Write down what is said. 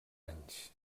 anys